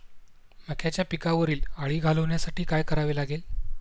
मक्याच्या पिकावरील अळी घालवण्यासाठी काय करावे लागेल?